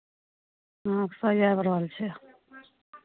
अहाँके सही आबि रहल छै